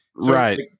right